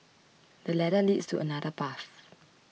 the ladder leads to another path